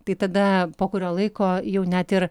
tai tada po kurio laiko jau net ir